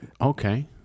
okay